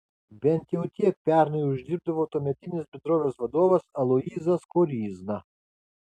bent jau tiek pernai uždirbdavo tuometinis bendrovės vadovas aloyzas koryzna